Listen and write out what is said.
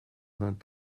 vingt